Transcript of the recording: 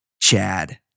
Chad